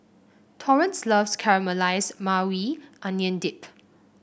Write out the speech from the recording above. Torrence loves Caramelize Maui Onion Dip